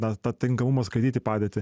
na tinkamumo skraidyti padėtį